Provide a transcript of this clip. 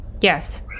Yes